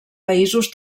països